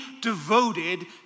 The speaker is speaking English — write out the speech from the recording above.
devoted